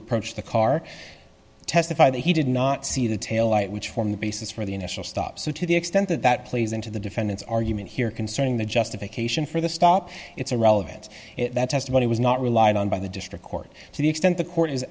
approached the car testified that he did not see the taillight which form the basis for the initial stop so to the extent that that plays into the defendant's argument here concerning the justification for the stop it's irrelevant that testimony was not relied on by the district court to the extent the court is